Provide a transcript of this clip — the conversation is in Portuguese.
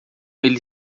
ele